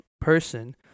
person